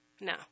No